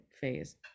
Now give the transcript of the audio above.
phase